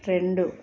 రెండు